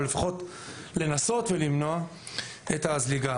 או לפחות לנסות ולמנוע את הזליגה.